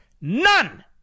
None